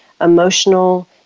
emotional